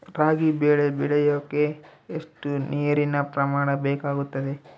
ರಾಗಿ ಬೆಳೆ ಬೆಳೆಯೋಕೆ ಎಷ್ಟು ನೇರಿನ ಪ್ರಮಾಣ ಬೇಕಾಗುತ್ತದೆ?